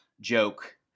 joke